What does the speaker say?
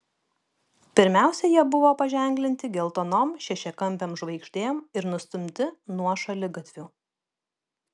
pirmiausia jie buvo paženklinti geltonom šešiakampėm žvaigždėm ir nustumti nuo šaligatvių